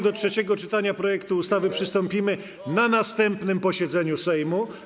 Do trzeciego czytania projektu ustawy przystąpimy na następnym posiedzeniu Sejmu.